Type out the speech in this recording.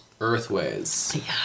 Earthways